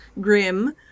grim